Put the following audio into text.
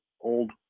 old